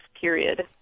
period